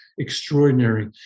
extraordinary